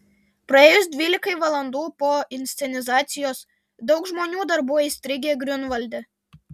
praėjus dvylikai valandų po inscenizacijos daug žmonių dar buvo įstrigę griunvalde